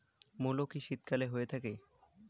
মূলো কি শীতকালে হয়ে থাকে?